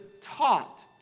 taught